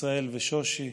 ישראל ושושי,